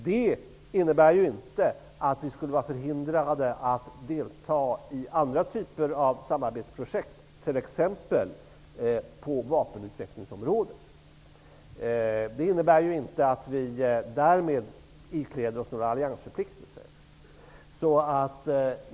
Detta innebär inte att vi skulle vara förhindrade att delta i andra typer av samarbetsprojekt, t.ex. på vapenutvecklingsområdet, och att vi därmed ikläder oss några alliansförpliktelser.